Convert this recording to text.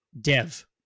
Dev